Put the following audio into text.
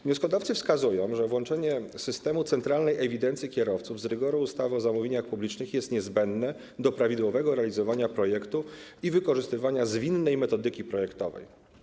Wnioskodawcy wskazują, że wyłączenie systemu centralnej ewidencji kierowców z rygoru ustawy o zamówieniach publicznych jest niezbędne do prawidłowego realizowania projektu i wykorzystania zwinnej metodyki projektowej.